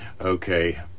Okay